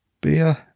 Beer